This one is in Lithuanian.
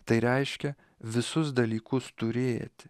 tai reiškia visus dalykus turėti